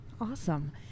Awesome